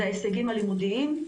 זה ההישגים הלימודיים.